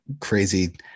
crazy